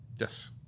Yes